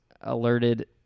alerted